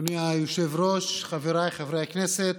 אדוני היושב-ראש, חבריי חברי הכנסת,